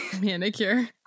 Manicure